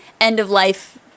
end-of-life